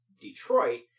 Detroit